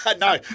no